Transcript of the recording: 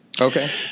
Okay